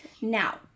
Now